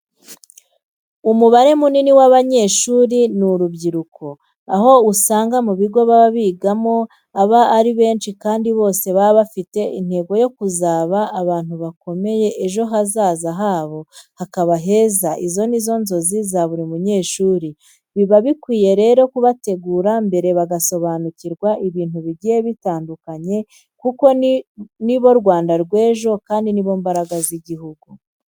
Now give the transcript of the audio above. Umubare munini w'abanyeshuri ni urubyiruko, aho usanga mu bigo baba bigamo aba ari benshi kandi bose baba bafite intego yo kuzaba abantu bakomeye ejo hazaza habo haka heza izo ni zo nzozi za buri munyeshuri. Biba bikwiye rero kubategura mbere bagasobanukirwa ibintu bigiye bitandukanye kuko nibo Rwanda rw'ejo kandi ni bo mbaraga z'igihugu.